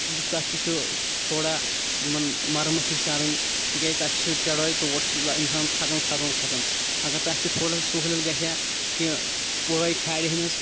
تَتھ تہِ چھُ تھوڑا تِمَن مَرَمَت ہِش کَرٕنۍ تِکیازِ تَتہِ چھُ چَڑٲے تور اِنسان تھَکان کھَسان کھَسان اگر تَتھ تہِ تھوڑا سہوٗلیت گژھِ ہا کہِ پٲے کھالہنَس